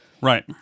Right